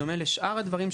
בדומה לשאר הדברים,